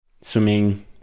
swimming